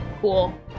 Cool